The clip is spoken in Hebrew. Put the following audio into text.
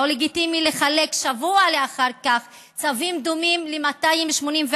לא לגיטימי לחלק שבוע אחר כך צווים דומים ל-284